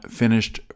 finished